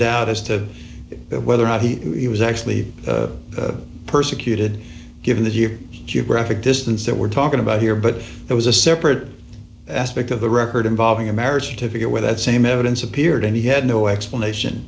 doubt as to whether or not he was actually persecuted given that you tube graphic distance that we're talking about here but there was a separate aspect of the record involving a marriage certificate where that same evidence appeared and he had no explanation